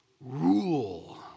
rule